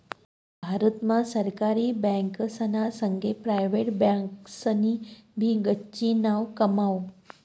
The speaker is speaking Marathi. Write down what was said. भारत मा सरकारी बँकासना संगे प्रायव्हेट बँकासनी भी गच्ची नाव कमाव